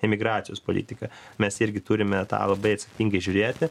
imigracijos politika mes irgi turime tą labai atsakingai žiūrėti